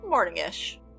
Morning-ish